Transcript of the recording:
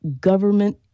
government